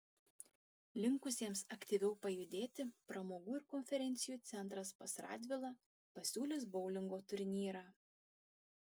linkusiems aktyviau pajudėti pramogų ir konferencijų centras pas radvilą pasiūlys boulingo turnyrą